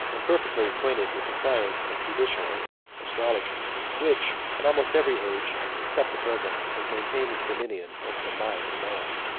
and perfectly acquainted with the science of judicial astrology which, in almost every age except the present, has maintained its dominion over the mind of man.